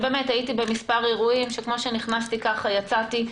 הייתי במספר אירועים שכפי שנכנסתי כך יצאתי.